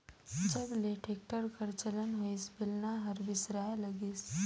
जब ले टेक्टर कर चलन होइस बेलना हर बिसराय लगिस